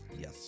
Yes